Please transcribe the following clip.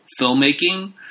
filmmaking